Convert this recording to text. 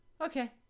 okay